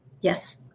Yes